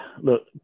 look